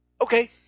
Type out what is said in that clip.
Okay